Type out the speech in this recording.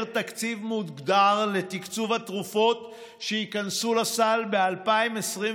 תקציב מוגדר לתקצוב התרופות שייכנסו לסל ב-2021,